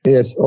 Yes